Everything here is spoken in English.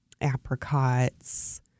apricots